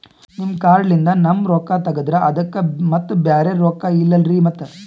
ನಿಮ್ ಕಾರ್ಡ್ ಲಿಂದ ನಮ್ ರೊಕ್ಕ ತಗದ್ರ ಅದಕ್ಕ ಮತ್ತ ಬ್ಯಾರೆ ರೊಕ್ಕ ಇಲ್ಲಲ್ರಿ ಮತ್ತ?